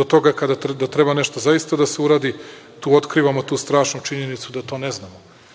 do toga kada treba nešto zaista da se uradi, tu otkrivamo tu strašnu činjenicu da to ne